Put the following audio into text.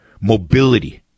Mobility